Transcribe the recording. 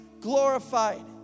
glorified